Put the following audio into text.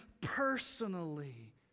personally